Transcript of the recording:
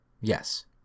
Yes